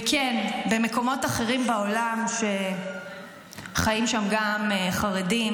וכן, במקומות אחרים בעולם שחיים שם גם חרדים,